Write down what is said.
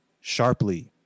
sharply